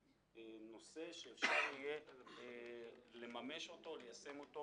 נושא שאפשר יהיה לממש אותו וליישם אותו